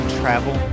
travel